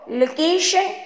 location